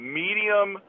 medium